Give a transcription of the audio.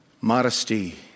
Modesty